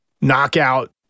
knockout